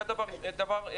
זה דבר אחד.